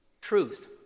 truth